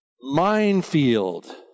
minefield